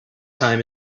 time